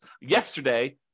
yesterday